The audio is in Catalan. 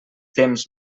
temps